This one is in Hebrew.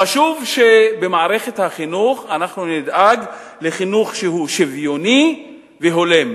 חשוב שבמערכת החינוך אנחנו נדאג לחינוך שהוא שוויוני והולם,